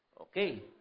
Okay